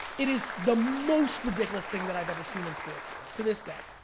it is the most ridiculous thing that i've ever seen in sports. to this day.